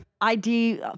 ID